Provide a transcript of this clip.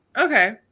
Okay